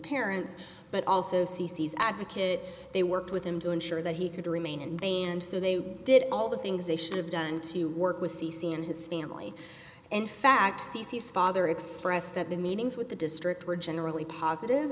parents but also c c s advocate they worked with him to ensure that he could remain and they and so they did all the things they should have done to work with c c and his family in fact he's father expressed that the meetings with the district were generally positive